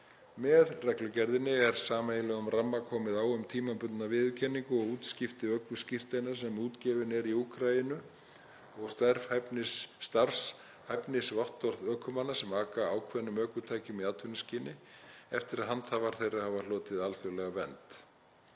Með reglugerðinni er sameiginlegum ramma komið á um tímabundna viðurkenningu og útskipti ökuskírteina sem útgefin eru í Úkraínu og starfshæfnisvottorð ökumanna, sem aka ákveðnum ökutækjum í atvinnuskyni, eftir að handhafar þeirra hafa hlotið alþjóðlega vernd.